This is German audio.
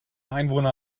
einwohner